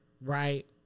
right